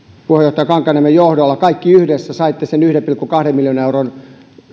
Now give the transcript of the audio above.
puheenjohtaja kankaanniemen johdolla kaikki yhdessä saitte sen yhden pilkku kahden miljoonan euron